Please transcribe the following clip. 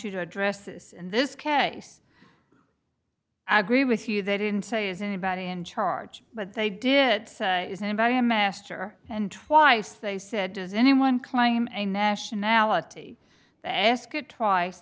you to address this and this case i agree with you they didn't say is anybody in charge but they did it is anybody a master and twice they said does anyone claim a nationality they ask a trice